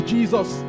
Jesus